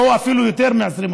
או אפילו יותר מ-20%.